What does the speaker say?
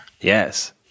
Yes